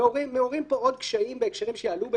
מעורים פה עוד קשיים בהקשרים שיעלו,